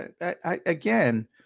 again